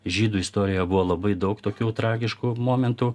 žydų istorijoj buvo labai daug tokių tragiškų momentų